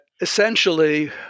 essentially